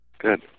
Good